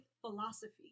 philosophy